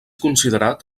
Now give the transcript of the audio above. considerat